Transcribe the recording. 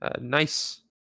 nice